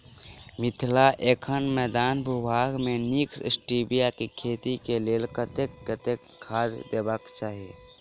मिथिला एखन मैदानी भूभाग मे नीक स्टीबिया केँ खेती केँ लेल कतेक कतेक खाद देबाक चाहि?